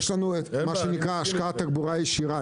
יש לנו מה שנקרא השקעת תחבורה ישירה,